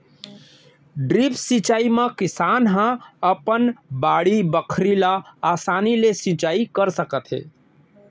drip सिंचई म किसान ह अपन बाड़ी बखरी ल असानी ले सिंचई कर सकत हे